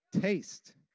Taste